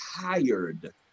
tired